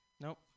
Nope